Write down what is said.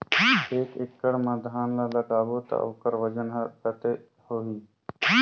एक एकड़ मा धान ला लगाबो ता ओकर वजन हर कते होही?